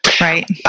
Right